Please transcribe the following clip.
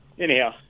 anyhow